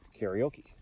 karaoke